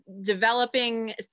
developing